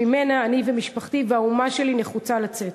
שממנה אני ומשפחתי והאומה שלי נחושים לצאת.